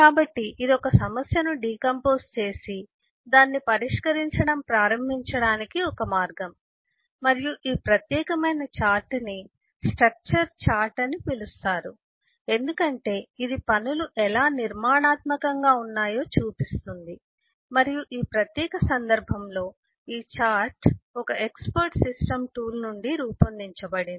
కాబట్టి ఇది ఒక సమస్యను డికంపోస్ చేసి దాన్ని పరిష్కరించడం ప్రారంభించడానికి ఒక మార్గం మరియు ఈ ప్రత్యేకమైన చార్ట్ ని స్ట్రక్చర్ చార్ట్ అని పిలుస్తారు ఎందుకంటే ఇది పనులు ఎలా నిర్మాణాత్మకంగా ఉన్నాయో చూపిస్తుంది మరియు ఈ ప్రత్యేక సందర్భంలో ఈ చార్ట్ ఒక ఎక్స్పర్ట్ సిస్టం టూల్ నుండి రూపొందించబడింది